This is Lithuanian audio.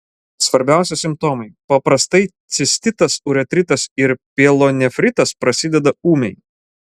svarbiausi simptomai paprastai cistitas uretritas ir pielonefritas prasideda ūmiai